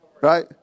right